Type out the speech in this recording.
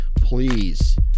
please